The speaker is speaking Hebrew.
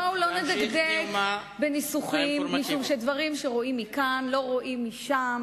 בואו לא נדקדק בניסוחים משום שדברים שרואים מכאן לא רואים משם,